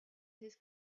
his